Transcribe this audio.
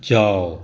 जाउ